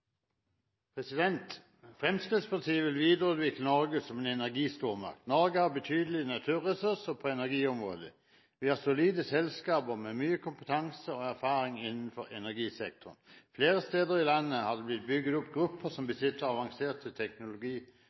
politikk. Fremskrittspartiet vil videreutvikle Norge som en energistormakt. Norge har betydelige naturressurser på energiområdet. Vi har solide selskaper med mye kompetanse og erfaring innenfor energisektoren. Flere steder i landet har det blitt bygd opp grupper som besitter avanserte teknologiløsninger. Fremskrittspartiet vil føre en politikk som stimulerer til bedre utvinning og